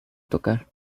tocar